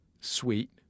sweet